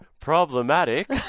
problematic